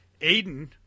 Aiden